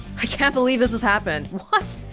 i can't believe this has happened. what.